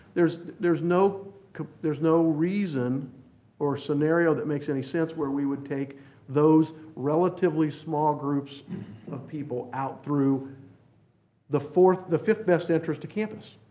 there's no there's no there's no reason or scenario that makes any sense where we would take those relatively small groups of people out through the fourth the fifth best entrance to campus.